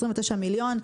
29 מיליון,